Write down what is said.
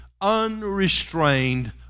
unrestrained